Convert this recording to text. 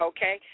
Okay